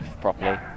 properly